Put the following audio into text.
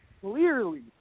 clearly